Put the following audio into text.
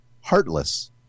heartless